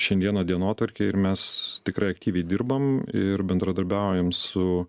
šiandieną dienotvarkėj ir mes tikrai aktyviai dirbam ir bendradarbiaujam su